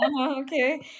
okay